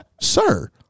Sir